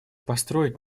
построить